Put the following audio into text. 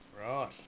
Right